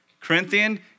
Corinthian